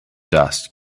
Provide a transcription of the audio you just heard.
dust